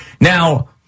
Now